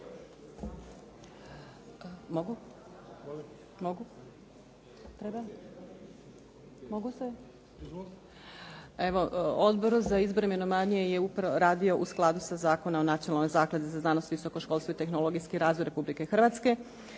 **Majdenić, Nevenka (HDZ)** Evo Odbor za izbor i imenovanje je radio u skladu sa Zakonom o Nacionalnoj zakladi za znanost, visoko školstvo i tehnologijski razvoj Republike Hrvatske.